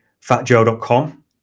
fatjoe.com